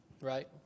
right